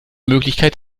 möglichkeit